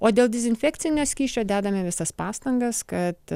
o dėl dezinfekcinio skysčio dedame visas pastangas kad